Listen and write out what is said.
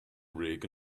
rig